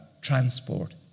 transport